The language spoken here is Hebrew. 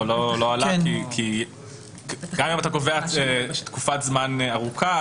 גם אם אתה קובע תקופת זמן ארוכה,